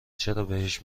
چرابهش